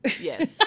Yes